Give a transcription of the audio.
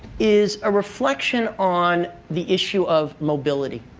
is a reflection on the issue of mobility.